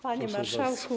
Panie Marszałku!